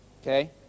okay